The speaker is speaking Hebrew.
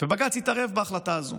ובג"ץ התערב בהחלטה הזאת